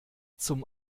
zum